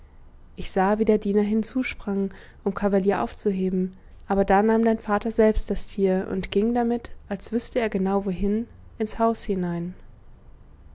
ich sah wie der diener hinzusprang um cavalier aufzuheben aber da nahm dein vater selbst das tier und ging damit als wüßte er genau wohin ins haus hinein